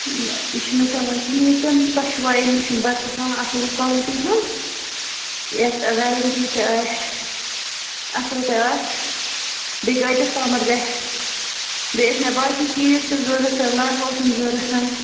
یہِ چھُنہٕ چَلان کِہیٖنٛۍ تہِ نہٕ تۄہہِ چھُوا اَمہِ نِش بَدَل کانٛہہ اَصٕل کالٹی ہُنٛد یَتھ ویرٮ۪نٛٹی تہِ آسہِ اَصٕل تہِ آسہِ بیٚیہِ کٍتِس تامَتھ گژھِ بیٚیہِ ٲسۍ مےٚ باقٕے چیٖز تہِ ضروٗرت لٮ۪مپ اوسُم ضروٗرَت